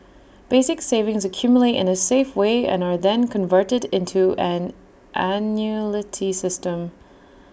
basic savings accumulate in A safe way and are then converted into an system